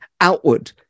outward